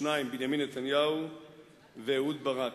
שניים: בנימין נתניהו ואהוד ברק.